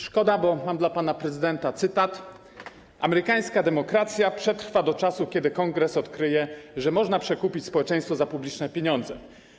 Szkoda, bo mam dla pana prezydenta cytat: Amerykańska demokracja przetrwa do czasu, kiedy Kongres odkryje, że można przekupić społeczeństwo za publiczne pieniądze.